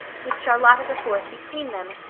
with charlotta the fourth between them,